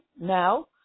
now